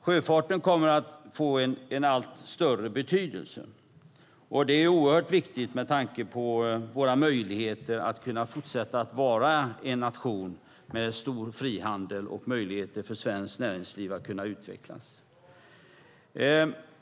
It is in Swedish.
Sjöfarten kommer att få en allt större betydelse och det är oerhört viktigt med tanke på våra möjligheter att fortsätta att vara en nation med stor frihandel och möjligheterna för svenskt näringsliv att utvecklas.